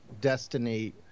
Destiny